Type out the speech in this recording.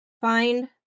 Find